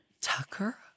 Tucker